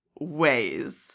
ways